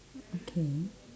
okay